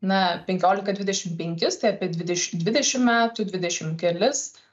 na penkiolika dvidešimt penkis tai apie dvidešimt dvidešimt metų dvidešimt kelis